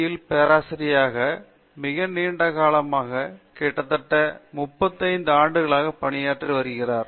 யில் பேராசிரியராகப் மிக நீண்ட காலமாக கிட்டத்தட்ட 35 ஆண்டுகளாக பணியாற்றி வருகிறார்